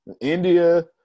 India